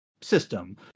system